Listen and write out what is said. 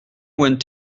went